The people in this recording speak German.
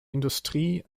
industrie